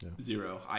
Zero